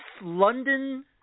London